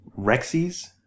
Rexies